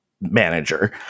manager